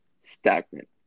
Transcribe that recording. Stagnant